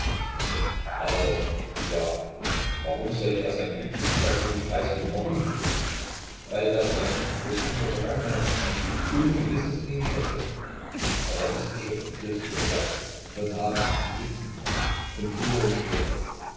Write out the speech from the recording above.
aber ja warum sollte er sein glück mikitas wegen preisgeben warum weil da so ein stück posthumer vergangenheit ein stück dummen gewissens in ihm stecke atavistische begriffsüberbleibsel von haben besitzen von früher und später